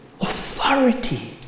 authority